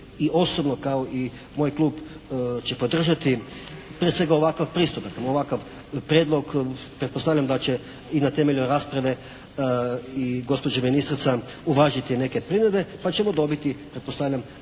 i osobno kao i moj klub će podržati prije svega ovakav pristup, dakle ovakav Prijedlog, pretpostavljam da će i na temelju rasprave i gospođa ministrica uvažiti neke primjedbe pa ćemo dobiti pretpostavljam